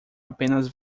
apenas